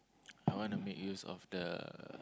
I want to make use of the